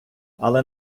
але